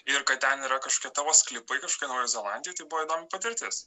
ir kad ten yra kažkokie tavo sklypai kažkokia nuajoji zelandija tai buvo įdomi patirtis